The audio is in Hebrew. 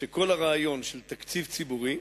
שכל הרעיון של תקציב ציבורי,